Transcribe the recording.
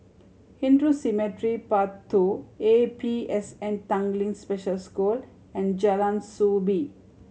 Hindu Cemetery Path Two A P S N Tanglin Special School and Jalan Soo Bee